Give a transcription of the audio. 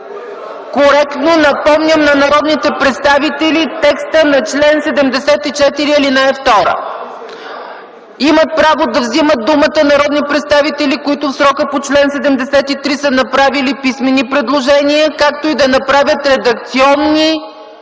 Коректно напомням на народните представители текста на чл. 74, ал. 2: „Имат право да вземат думата народни представители, които в срока по чл. 73 са направили писмени предложения, както и да направят редакционни поправки,